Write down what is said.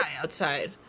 outside